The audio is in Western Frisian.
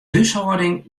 húshâlding